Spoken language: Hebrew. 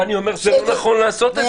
ואני אומר שזה לא נכון לעשות את זה.